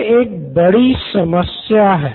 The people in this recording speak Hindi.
ये एक बड़ी समस्या है